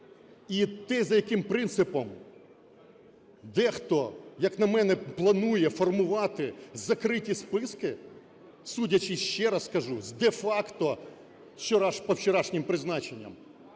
і те, за яким принципом дехто, як на мене, планує формувати закриті списки, судячи, ще раз кажу, з де-факто по вчорашнім призначенням,